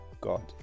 God